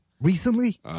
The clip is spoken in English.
Recently